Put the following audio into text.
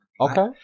Okay